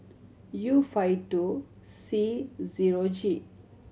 U five two C zero G